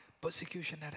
Persecution